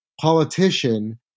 politician